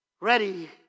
Ready